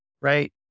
right